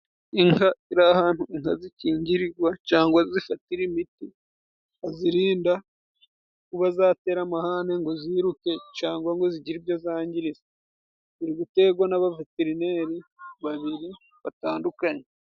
Inka ziri ahantu inka zikingirigwa cyangwa zifatira imiti hazirinda kuba zatera amahane ngo ziruke cyangwa ngo zigire ibyo zangiza. Ziri guterwa n'abaveterineri babiri batandukanye.